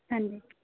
ਹਾਂਜੀ